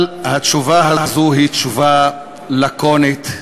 אבל התשובה הזאת היא תשובה לקונית.